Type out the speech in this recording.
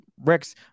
Rex